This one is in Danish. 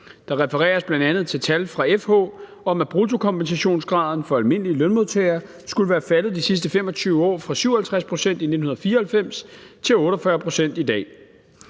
Der refereres bl.a. til tal fra FH om, at bruttokompensationsgraden for almindelige lønmodtagere skulle være faldet de sidste 25 år fra 57 pct. i 1994 til 48 pct. i dag.